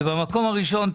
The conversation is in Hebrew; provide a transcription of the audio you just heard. ובמקום הראשון,